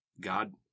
God